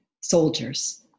soldiers